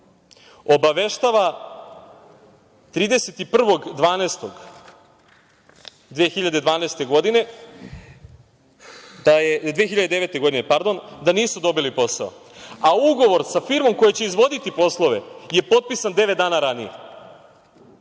obaveštava 31.12.2009. godine da nisu dobili posao, a ugovor sa firmom koja će izvoditi poslove je potpisan devet dana ranije.